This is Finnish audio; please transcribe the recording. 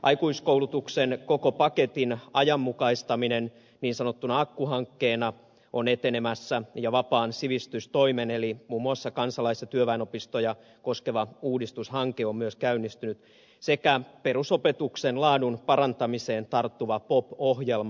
aikuiskoulutuksen koko paketin ajanmukaistaminen niin sanottuna akku hankkeena on etenemässä ja vapaan sivistystoimen eli muun muassa kansalais ja työväenopistoja koskeva uudistushanke on myös käynnistynyt sekä perusopetuksen laadun parantamiseen tarttuva pop ohjelma